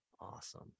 Awesome